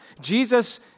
Jesus